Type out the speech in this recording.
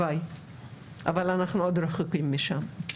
אבל אנחנו עוד רחוקים משם.